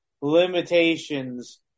limitations